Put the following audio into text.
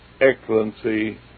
excellency